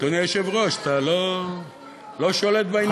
אדוני היושב-ראש, אתה לא שולט בעניינים.